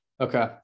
okay